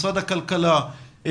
משרד הכלכלה,